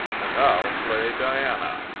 and i'll play diana,